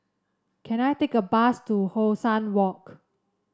can I take a bus to How Sun Walk